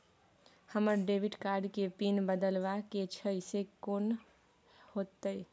हमरा debit card के pin बदलवा के छै से कोन होतै?